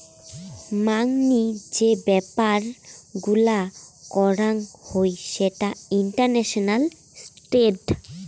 মাংনি যে ব্যাপার গুলা করং হই সেটা ইন্টারন্যাশনাল ট্রেড